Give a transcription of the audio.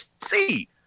see